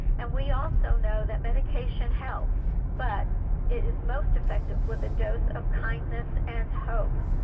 and we also know that medication helps but it is most effective with a dose of kindness and hope.